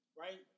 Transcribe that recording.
right